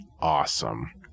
awesome